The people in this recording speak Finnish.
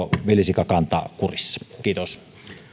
villisikakannan kurissa kiitos